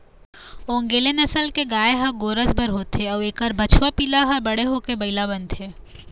ओन्गेले नसल के गाय ह गोरस बर होथे अउ एखर बछवा पिला ह बड़े होके बइला बनथे